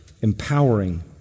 empowering